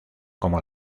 como